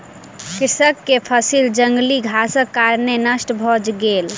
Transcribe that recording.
कृषक के फसिल जंगली घासक कारणेँ नष्ट भ गेल